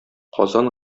казан